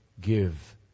give